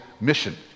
mission